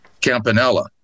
Campanella